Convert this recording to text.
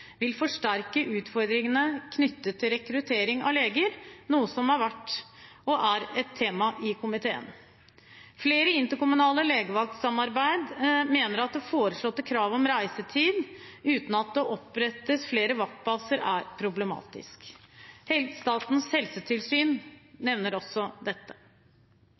vil forsterke utfordringene knyttet til rekruttering av leger, noe som har vært og er et tema i komiteen. Flere interkommunale legevaktsamarbeid mener at det foreslåtte kravet om reisetid, uten at det opprettes flere vaktbaser, er problematisk. Statens helsetilsyn nevner også dette.